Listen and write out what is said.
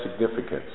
significance